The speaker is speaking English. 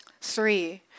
Three